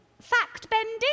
fact-bending